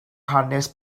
hanes